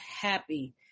happy